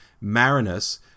Marinus